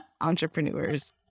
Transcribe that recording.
Entrepreneurs